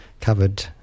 covered